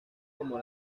como